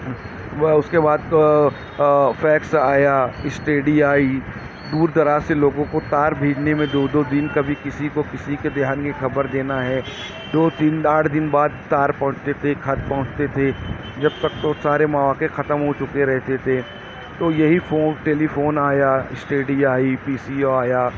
وہ اس کے بعد وہ اس کے بعد فیکس آیا اس ٹے ڈی آئی دور دراز سے لوگوں کو تار بھیجنے میں دو دو دن کبھی کسی کو کسی کے دہانی خبر دینا ہے دو دن آٹھ دن بعد تار پہونچتے تھے خط پہونچتے تھے جب تک تو سارے مواقع ختم ہو چکے رہتے تھے تو یہی فون ٹیلی آیا اس ٹے ڈی آئی پی سی او آیا